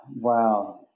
Wow